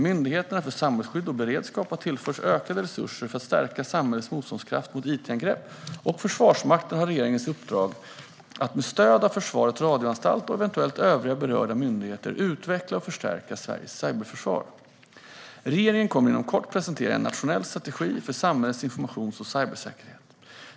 Myndigheten för samhällsskydd och beredskap har tillförts ökade resurser för att stärka samhällets motståndskraft mot it-angrepp, och Försvarsmakten har regeringens uppdrag att med stöd av Försvarets radioanstalt och eventuellt övriga berörda myndigheter utveckla och förstärka Sveriges cyberförsvar. Regeringen kommer inom kort att presentera en nationell strategi för samhällets informations och cybersäkerhet.